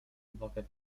uwagę